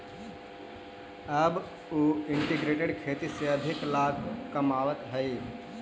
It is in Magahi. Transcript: अब उ इंटीग्रेटेड खेती से अधिक लाभ कमाइत हइ